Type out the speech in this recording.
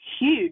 huge